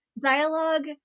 dialogue